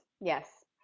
yes